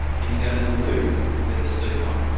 can you go to the loo with the suit on?